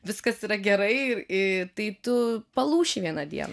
viskas yra gerai į tai tu palūši vieną dieną